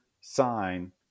sign